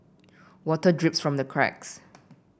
water drips from the cracks